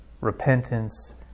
repentance